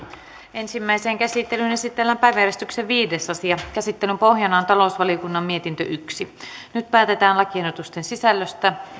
ensimmäiseen käsittelyyn esitellään päiväjärjestyksen viides asia käsittelyn pohjana on talousvaliokunnan mietintö yksi nyt päätetään lakiehdotusten sisällöstä